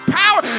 power